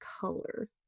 color